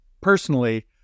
personally